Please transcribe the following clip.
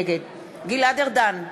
נגד גלעד ארדן,